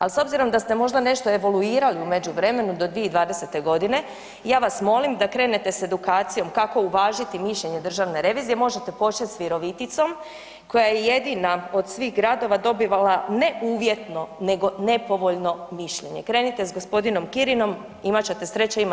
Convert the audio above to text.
Al' s obzirom da ste možda nešto evoluirali u međuvremenu do 2020.-te godine, ja vas molim da krenete s edukacijom kako uvažiti mišljenje Državne revizije, možete počet s Viroviticom, koja je jedina od svih gradova dobivala ne uvjetno nego nepovoljno mišljenje, krenite s gospodinom Kirinom, imat ćete sreće, imate iskustva.